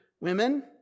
women